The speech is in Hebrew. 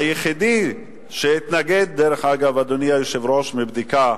היחיד שהתנגד, דרך אגב, אדוני היושב-ראש, מבדיקה,